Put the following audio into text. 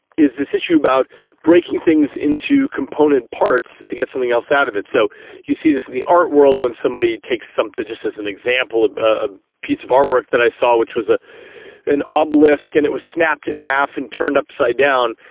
is this issue about breaking things into component parts to get something else out of it. so you see this in the art world when somebody takes, just as an example, a piece of artwork that i saw which was ah an ah obelisk and it was snapped in half and turned upside down,